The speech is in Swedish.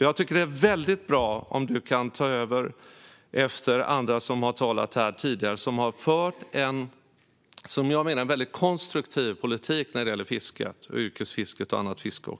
Jag tycker att det är väldigt bra, Tina Acketoft, om du kan ta över efter andra som talat här tidigare som har fört en konstruktiv politik när det gäller fisket, både yrkesfisket och annat fiske.